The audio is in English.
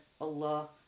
Allah